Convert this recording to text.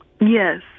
Yes